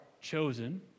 chosen